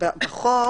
בחוק